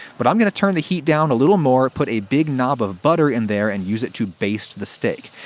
but i'm gonna turn the heat down a little more, put a big knob of butter in there and use it to baste the steak.